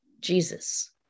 Jesus